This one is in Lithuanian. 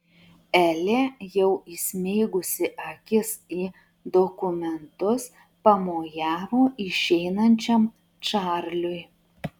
elė jau įsmeigusi akis į dokumentus pamojavo išeinančiam čarliui